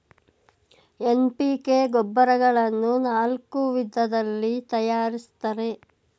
NPK ಗೊಬ್ಬರಗಳನ್ನು ನಾಲ್ಕು ವಿಧದಲ್ಲಿ ತರಯಾರಿಸ್ತರೆ